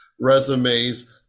resumes